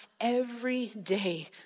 everyday